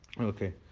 Okay